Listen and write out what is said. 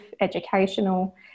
educational